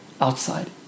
outside